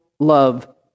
Love